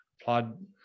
applaud